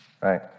right